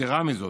יתרה מזאת,